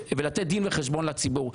ולתת דין וחשבון לציבור.